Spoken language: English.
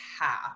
half